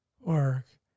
work